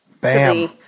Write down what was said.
bam